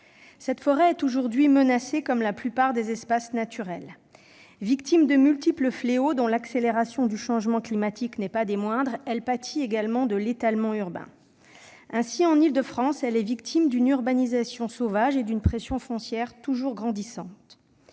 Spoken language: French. Cette forêt est aujourd'hui menacée, comme la plupart des espaces naturels. Victime de multiples fléaux, dont l'accélération du changement climatique n'est pas le moindre, elle pâtit aussi de l'étalement urbain. Ainsi en Île-de-France, elle est victime d'une urbanisation « sauvage » et d'une pression foncière toujours grandissante.